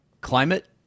climate